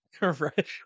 Right